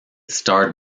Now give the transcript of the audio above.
starred